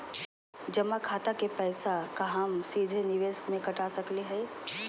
जमा खाता के पैसा का हम सीधे निवेस में कटा सकली हई?